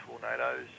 Tornadoes